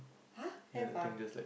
!huh! have ah